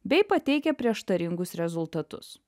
bei pateikia prieštaringus rezultatus